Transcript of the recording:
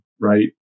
right